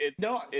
No